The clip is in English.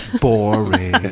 Boring